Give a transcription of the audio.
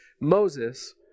Moses